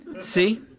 See